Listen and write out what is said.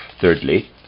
Thirdly